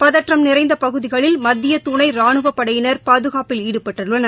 பதற்றம் நிறைந்தபகுதிகளில் மத்தியதுணைரானுவப் படையினர் பாதுகாப்பில் ஈடுபட்டுள்ளனர்